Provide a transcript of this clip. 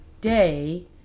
day